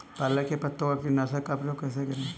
पालक के पत्तों पर कीटनाशक का प्रयोग कैसे करें?